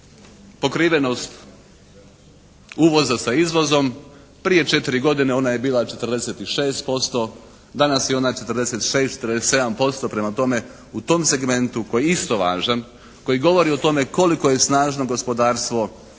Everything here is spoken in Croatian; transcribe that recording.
pokrivenost uvoza sa izvozom. Prije 4 godine ona je bila 46%. Danas je ona 46, 47%. Prema tome u tom segmentu koji je isto važan, koji govori o tome koliko je snažno gospodarstvo,